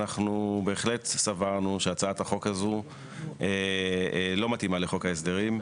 אנחנו בהחלט סברנו שהצעת החוק הזו לא מתאימה לחוק ההסדרים.